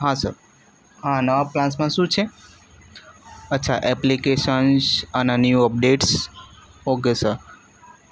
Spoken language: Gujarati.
હા સર આ નવા પ્લાન્સમાં શું છે અચ્છા એપ્લિકેસન્સ અને ન્યુ અપડેટ્સ ઓકે સર